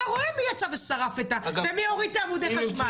אתה רואה מי יצא ושרף ומי הוריד את עמודי החשמל